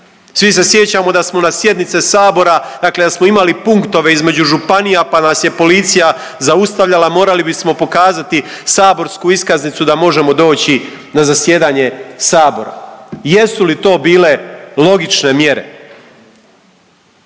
Svi se sjećamo da smo na sjednice sabora dakle da smo imali punktove između županija, pa nas je policija zaustavljala, morali bismo pokazati saborsku iskaznicu da možemo doći na zasjedanje sabora. Jesu li to bile logične mjere?